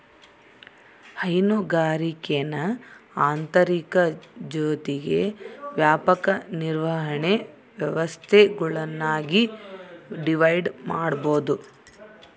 ಹೈನುಗಾರಿಕೇನ ಆಂತರಿಕ ಜೊತಿಗೆ ವ್ಯಾಪಕ ನಿರ್ವಹಣೆ ವ್ಯವಸ್ಥೆಗುಳ್ನಾಗಿ ಡಿವೈಡ್ ಮಾಡ್ಬೋದು